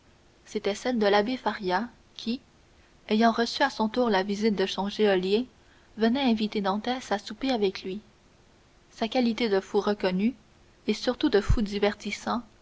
c'était celle de l'abbé faria qui ayant reçu à son tour la visite de son geôlier venait inviter dantès à souper avec lui sa qualité de fou reconnu et surtout de fou divertissant